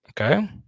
okay